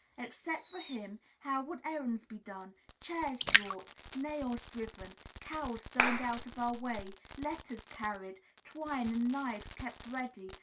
except for him, how would errands be done, chairs brought, nails driven, cows stoned out of our way, letters carried, twine and knives kept ready,